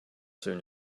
soon